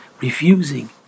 refusing